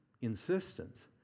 insistence